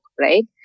right